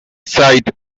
side